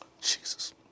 Jesus